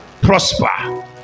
prosper